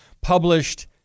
published